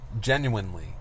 Genuinely